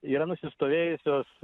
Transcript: yra nusistovėjusios